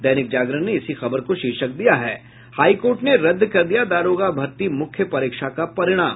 दैनिक जागरण ने इसी खबर को शीर्षक दिया है हाई कोर्ट ने रद्द कर दिया दारोगा भर्ती मुख्य परीक्षा का परिणाम